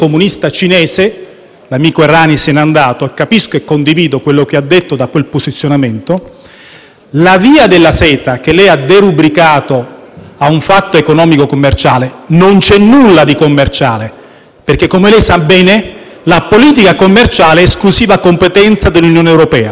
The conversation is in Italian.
la Via della Seta, che lei ha derubricato a un fatto economico-commerciale, non ha invece più nulla di commerciale. Infatti - come lei sa bene - la politica commerciale è esclusiva competenza dell'Unione europea. Non c'è alcuno di questi accordi che sia commerciale; invece, sono ben altro.